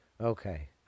Okay